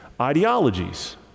ideologies